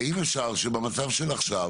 האם אפשר שבמצב של עכשיו